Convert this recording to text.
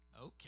okay